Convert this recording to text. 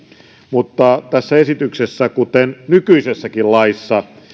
mutta tässä esityksessä kuten nykyisessäkin laissa